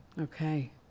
okay